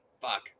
Fuck